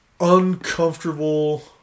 uncomfortable